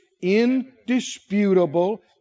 indisputable